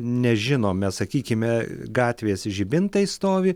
nežinome sakykime gatvės žibintai stovi